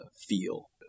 feel